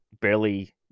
barely